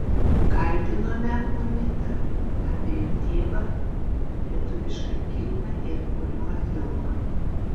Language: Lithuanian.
kalbinome unitą apie jo tėvą lietuvišką kilmę ir kuriamą filmą